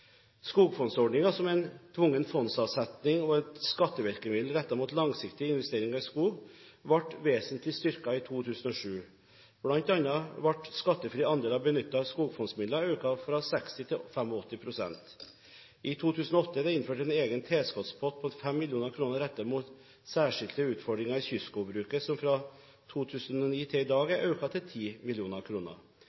som er en tvungen fondsavsetning og et skattevirkemiddel rettet mot langsiktige investeringer i skog, ble vesentlig styrket i 2007. Blant annet ble skattefri andel av benyttede skogfondsmidler økt fra 60 pst. til 85 pst. I 2008 ble det innført en egen tilskuddspott på 5 mill. kr rettet mot særskilte utfordringer i kystskogbruket, som fra 2009 til i dag